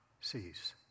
sees